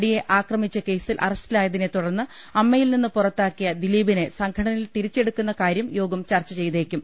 നടിയെ ആക്രമിച്ച കേസിൽ അറസ്റ്റിലായതിനെ തുടർന്ന് അമ്മയിൽ നിന്ന് പുറത്താക്കിയ ദിലീ പിനെ സംഘടനയിൽ തിരിച്ചെടുക്കുന്ന കാര്യം യോഗം ചർച്ച ചെയ്തേ ക്കും